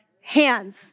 hands